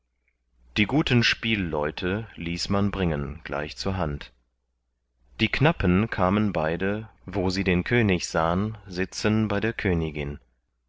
die guten spielleute ließ man bringen gleich zur hand die knappen kamen beide wo sie den könig sahn sitzen bei der königin